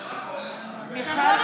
נוכחת מיכל